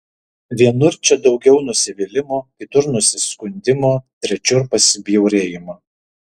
vienur čia daugiau nusivylimo kitur nusiskundimo trečiur pasibjaurėjimo